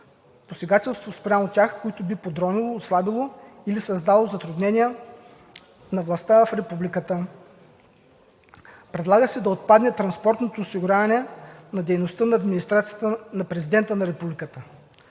посегателството спрямо тях би подронило, отслабило или създало затруднения на властта в републиката. Предлага се да отпадне транспортното осигуряване на дейността на администрацията на президента на републиката.